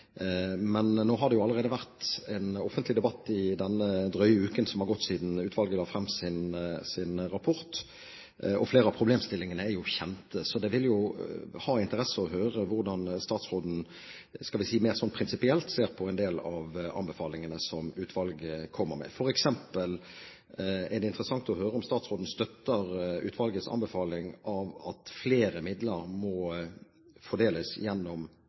det har jo allerede vært en offentlig debatt i den drøye uken som har gått siden utvalget la frem sin rapport, og flere av problemstillingene er jo kjent. Så det vil være av interesse å høre hvordan statsråden – skal vi si mer prinsipielt – ser på en del av anbefalingene som utvalget kommer med. Det vil f.eks. være interessant å høre om statsråden støtter utvalgets anbefaling om at flere midler må fordeles gjennom